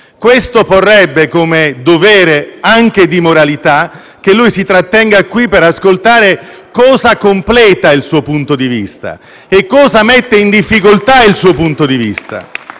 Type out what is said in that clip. Questo porrebbe come dovere anche di moralità che lui si trattenesse qui per ascoltare cosa completa il suo punto di vista e cosa mette in difficoltà il suo punto di vista.